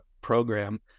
program